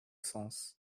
sens